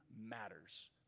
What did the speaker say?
matters